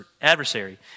adversary